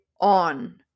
on